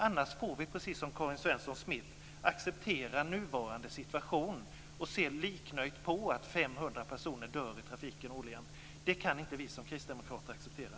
Annars får vi, precis som Karin Svensson Smith, acceptera nuvarande situation och liknöjt se att 500 personer dör i trafiken årligen. Det kan inte vi kristdemokrater acceptera.